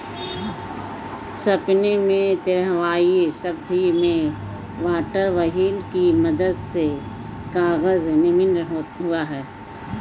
Spain में तेरहवीं शताब्दी में वाटर व्हील की मदद से कागज निर्माण हुआ